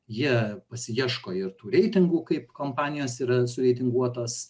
jie pasiieško ir tų reitingų kaip kompanijos yra sureitinguotos